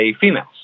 females